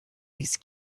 this